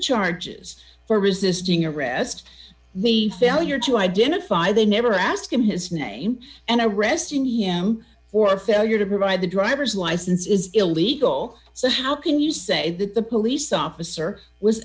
charges for resisting arrest the failure to identify they never asked him his name and i rest in him for failure to provide the driver's license is illegal so how can you say that the police officer was